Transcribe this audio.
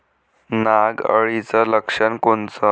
नाग अळीचं लक्षण कोनचं?